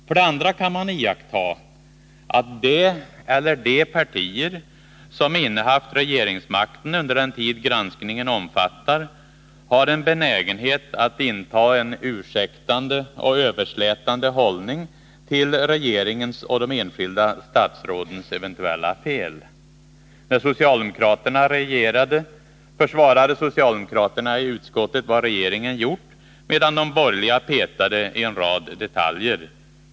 För det andra kan man iaktta att det eller de partier som innehaft regeringsmakten under den tid granskningen omfattar har en benägenhet att inta en ursäktande och överslätande hållning till regeringens och de enskilda statsrådens eventuella fel. När socialdemokraterna regerade försvarade socialdemokraterna i utskottet vad regeringen gjort, medan de borgerliga petade i en rad detaljer.